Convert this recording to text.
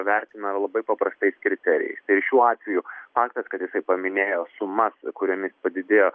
vertina labai paprastais kriterijais tai šiuo atveju faktas kad jisai paminėjo sumas kuriomis padidėjo